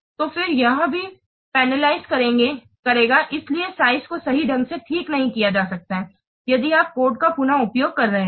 तो फिर यह भी पेनलीजेस करेगा इसलिए साइज को सही ढंग से ठीक नहीं किया जा सकता हैयदि आप कोड का पुन उपयोग कर रहे हैं